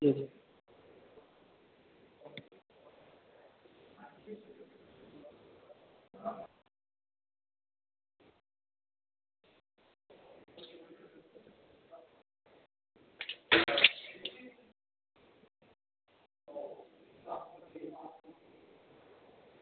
जी जी